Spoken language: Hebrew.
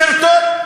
סרטון,